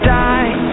die